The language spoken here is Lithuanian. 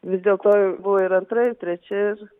vis dėlto buvo ir antra ir trečia ir